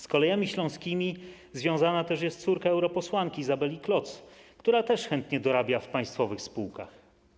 Z kolejami śląskimi związana też jest córka europosłanki Izabeli Kloc, która chętnie dorabia w państwowych spółkach.